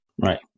Right